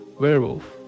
Werewolf